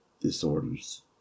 disorders